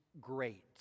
great